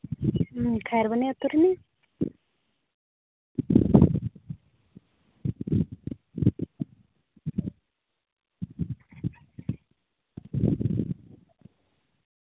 ᱦᱮᱸ ᱠᱷᱚᱭᱮᱨᱵᱚᱱᱤ ᱟᱹᱛᱩ ᱨᱤᱱᱤᱡ